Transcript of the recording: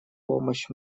помощь